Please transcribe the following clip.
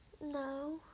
No